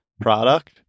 product